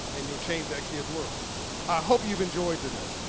and you'll change that kid's world. i hope you've enjoyed today.